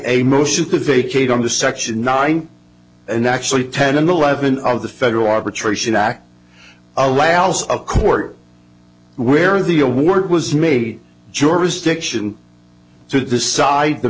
a motion to vacate on the section nine and actually ten and eleven of the federal arbitration act allows a court where the award was made jurisdiction to decide the